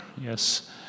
Yes